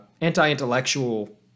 anti-intellectual